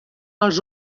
els